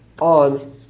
on